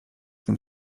tym